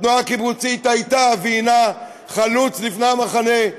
התנועה הקיבוצית הייתה והנה חלוץ לפני המחנה,